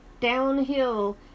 downhill